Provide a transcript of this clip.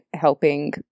helping